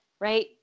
right